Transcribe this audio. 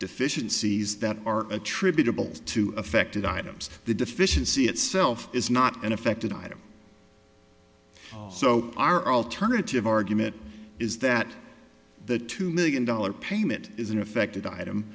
deficiencies that are attributable to affected items the deficiency itself is not an affected item so our alternative argument is that the two million dollars payment isn't affected item